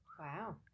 Wow